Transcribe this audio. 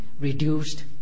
reduced